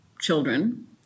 children